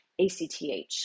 ACTH